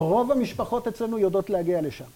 רוב המשפחות אצלנו יודעות להגיע לשם.